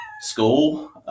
school